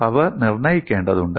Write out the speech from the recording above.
ഇവ നിർണ്ണയിക്കേണ്ടതുണ്ട്